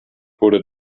wurde